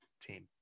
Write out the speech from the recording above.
team